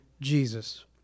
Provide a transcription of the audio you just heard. Jesus